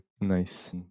Nice